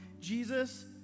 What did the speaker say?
Jesus